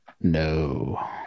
No